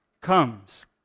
comes